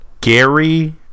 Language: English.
Gary